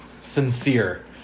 sincere